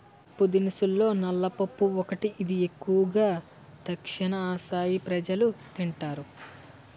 పప్పుదినుసుల్లో నల్ల పప్పు ఒకటి, ఇది ఎక్కువు గా దక్షిణఆసియా ప్రజలు తింటారు